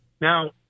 Now